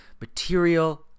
material